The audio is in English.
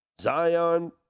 Zion